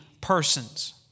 persons